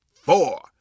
four